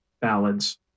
ballads